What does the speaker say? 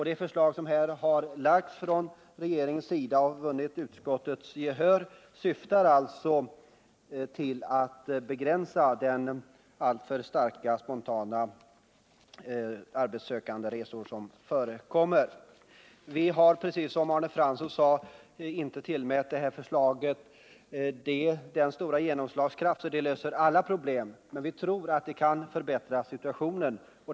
Det förslag som regeringen har lagt och som vunnit utskottsmajoritetens gehör syftar till att begränsa de alltför många spontana resor av arbetssökande som nu förekommer. Utskottsmajoriteten har liksom Arne Fransson inte tillmätt förslaget så stor genomslagskraft att det skulle kunna lösa alla problem, men vi tror att det förbättrar situationen.